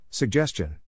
Suggestion